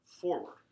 forward